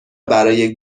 برای